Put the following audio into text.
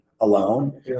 alone